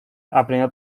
aprendió